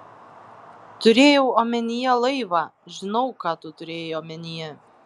turėjau omenyje laivą žinau ką tu turėjai omenyje